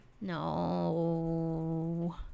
No